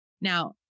Now